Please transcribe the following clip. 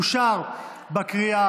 אושר בקריאה